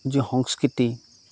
যি সংস্কৃতি